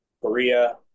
Korea